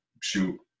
shoot